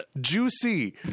juicy